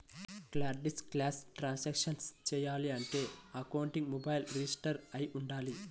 cardless cash transactions చెయ్యాలంటే అకౌంట్కి mobile register అయ్యి వుండాలి